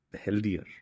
healthier